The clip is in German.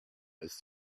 ist